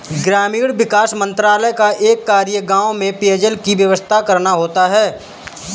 ग्रामीण विकास मंत्रालय का एक कार्य गांव में पेयजल की व्यवस्था करना होता है